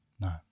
No